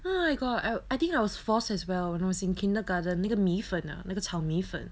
I got I think I was forced as well when I was in kindergarten 那个米粉啊那个炒米粉